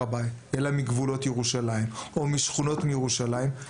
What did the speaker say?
הבית אלא מגבולות ירושלים או שכונות מסוימות,